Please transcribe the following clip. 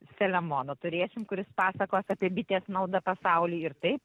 selemoną turėsim kuris pasakos apie bitės naudą pasauly ir taip